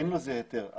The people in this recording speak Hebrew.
אין לזה היתר.